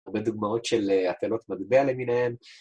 הרבה דוגמאות של הטלות מטבע למיניהן.